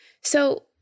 So-